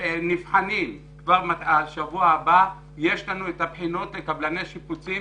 כבר בשבוע הבא יש לנו בחינות לקבלני שיפוצים